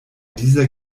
dieser